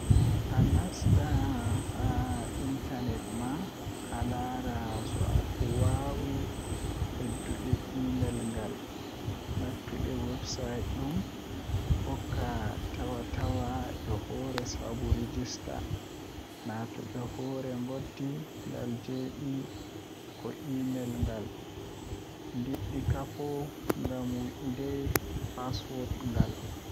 Anasta haa intanet ma alaara So aɗa waawi heddude email ngal, naatude website ɗum. Hokka tawa tawa e hoore sabu register. Naatude hoore ngondi ngam jeyde ko email ngal.